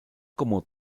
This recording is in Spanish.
como